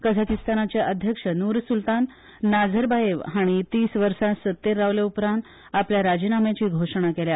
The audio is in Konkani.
कझाकिस्तानाचे अध्यक्ष नूरसुल्तान नाझरबायेव हाणी तीस वर्सा सत्तेर रावल्या उपरांत आपल्या राजीनाम्याची घोषणा केल्या